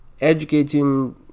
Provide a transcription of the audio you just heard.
educating